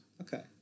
Okay